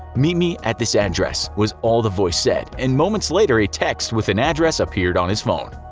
meet me at this address. was all the voice said, and moments later a text with an address appeared on his phone.